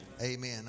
Amen